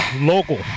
local